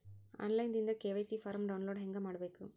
On line ದಿಂದ KYC form download ಹೇಂಗ ಮಾಡಬೇಕು?